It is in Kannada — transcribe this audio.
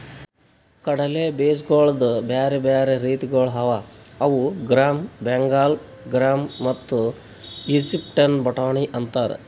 ಕಡಲೆ ಬೀಜಗೊಳ್ದು ಬ್ಯಾರೆ ಬ್ಯಾರೆ ರೀತಿಗೊಳ್ ಅವಾ ಅವು ಗ್ರಾಮ್, ಬೆಂಗಾಲ್ ಗ್ರಾಮ್ ಮತ್ತ ಈಜಿಪ್ಟಿನ ಬಟಾಣಿ ಅಂತಾರ್